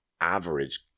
average